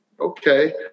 okay